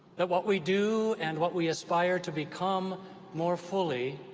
that what we do, and what we aspire to become more fully,